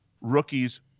rookies